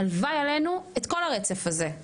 הלוואי עלינו את כל הרצף הזה.